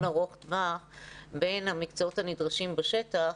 ארוך-טווח בין המקצועות הנדרשים בשטח